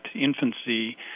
infancy